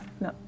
No